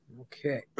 Okay